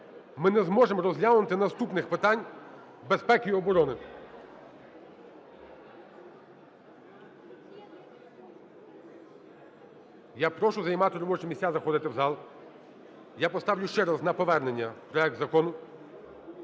Ми не зможемо розглянути наступних питань безпеки і оборони. Я прошу займати робочі місця, заходити в зал. Я поставлю ще раз на повернення проект закону.